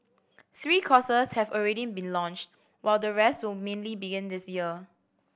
three courses have already been launched while the rest will mainly begin this year